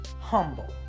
humble